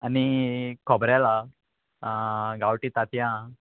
आनी खोबरेल हा गांवठी तांतयां हां